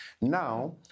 Now